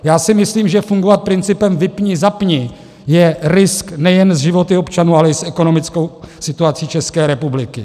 Já si myslím, že fungovat principem vypnizapni je risk nejen s životy občanů, ale i s ekonomickou situací České republiky.